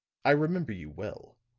i remember you well.